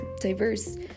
Diverse